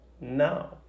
No